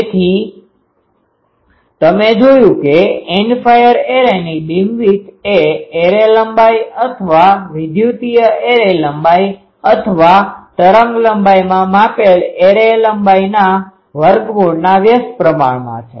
તેથી તમે જોયું કે એન્ડ ફાયર એરેની બીમવિડ્થ એ એરે લંબાઈ અથવા વિદ્યુતીય એરે લંબાઈ અથવા તરંગલંબાઈમાં માપેલા એરે લંબાઈના વર્ગમૂળના વ્યસ્ત પ્રમાણમાં છે